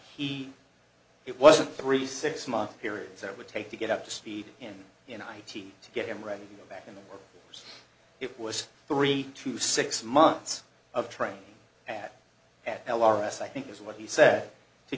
it wasn't three six month periods it would take to get up to speed him in i t to get him ready to go back into work it was three to six months of training at at l r s i think is what he said to